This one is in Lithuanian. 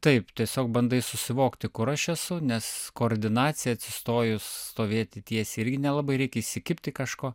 taip tiesiog bandai susivokti kur aš esu nes koordinacija atsistojus stovėti tiesiai irgi nelabai reikia įsikibti kažko